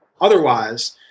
otherwise